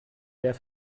der